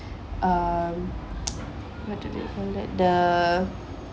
um what do they call that the